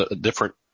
different